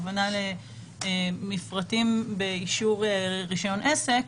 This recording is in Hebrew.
הכוונה למפרטים באישור רישיון עסק.